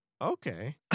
Okay